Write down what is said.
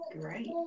great